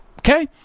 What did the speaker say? Okay